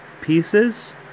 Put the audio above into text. pieces